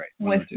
right